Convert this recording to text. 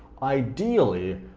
ideally,